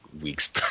weeks